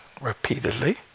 repeatedly